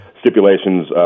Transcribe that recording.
stipulations